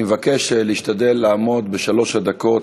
אני מבקש להשתדל לעמוד בשלוש הדקות.